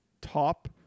top